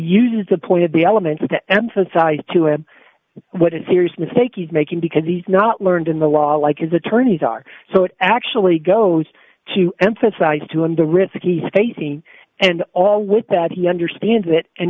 uses the point of the elements to emphasize to him what and serious mistake he's making because he's not learned in the law like his attorneys are so it actually goes to emphasize to him the risky hazing and all with that he understands it and